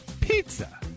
Pizza